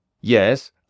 yes